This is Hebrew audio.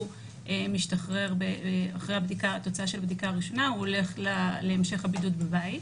הוא משתחרר אחרי תוצאת הבדיקה הראשונה והוא הולך להמשך הבידוד בבית.